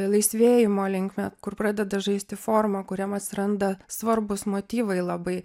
laisvėjimo linkme kur pradeda žaisti formą kuriam atsiranda svarbūs motyvai labai